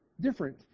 different